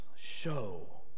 show